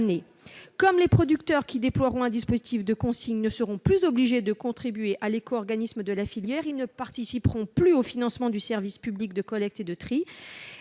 Comme les producteurs qui déploieront un dispositif de consigne ne seront plus obligés de contribuer à l'éco-organisme de la filière, ils ne participeront plus au financement du service public de collecte et de tri.